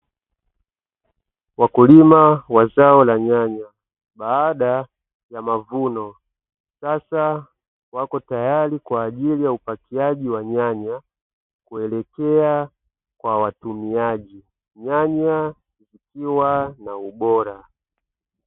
Wakulima wa zao la nyanya baada ya mavuno, sasa wako tayari kwa ajili ya upakiaji wa nyanya kuelekea kwa watumiaji, nyanya zikiwa na ubora.